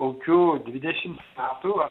kokių dvidešim metų